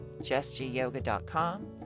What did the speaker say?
JessGyoga.com